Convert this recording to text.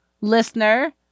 listener